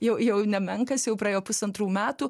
jau jau nemenkas jau praėjo pusantrų metų